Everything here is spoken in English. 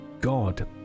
god